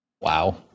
Wow